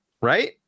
right